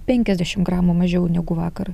penkiasdešim gramų mažiau negu vakar